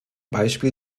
beispiel